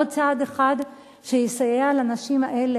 עוד צעד אחד שיסייע לנשים האלה,